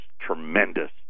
tremendous